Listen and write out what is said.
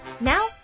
Now